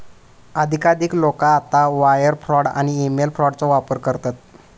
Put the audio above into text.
अधिकाधिक लोका आता वायर फ्रॉड आणि ईमेल फ्रॉडचो वापर करतत